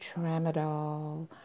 Tramadol